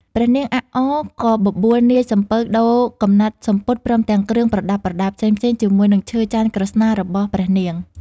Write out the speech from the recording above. ព្រះនាងអាក់អ ក៏បបួលនាយសំពៅដូរកំណាត់សំពត់ ព្រមទាំងគ្រឿងប្រដាប់ដារផ្សេងៗ ជាមួយនឹងឈើចន្ទន៍ក្រស្នារបស់ព្រះនាង ។